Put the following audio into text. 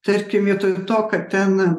tarkim vietoj to kad ten